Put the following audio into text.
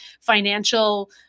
financial